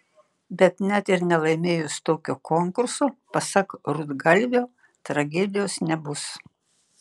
bet net ir nelaimėjus tokio konkurso pasak rudgalvio tragedijos nebus